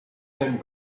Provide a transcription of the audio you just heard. ten